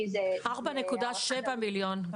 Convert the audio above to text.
4.7 מיליון שקלים.